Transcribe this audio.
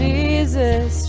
Jesus